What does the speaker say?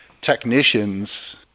technicians